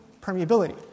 permeability